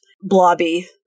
blobby